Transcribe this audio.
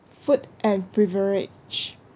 food and beverage